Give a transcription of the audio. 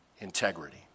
integrity